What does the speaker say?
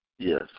Yes